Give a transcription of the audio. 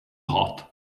hot